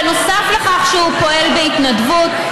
בנוסף לכך שהוא פועל בהתנדבות,